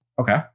Okay